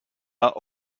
are